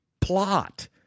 plot